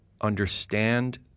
understand